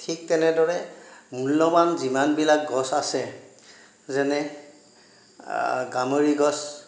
ঠিক তেনেদৰে মূল্যবান যিমানবিলাক গছ আছে যেনে গামৰি গছ